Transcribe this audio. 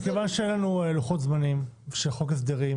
מכיוון שאין לוחות זמנים של חוק הסדרים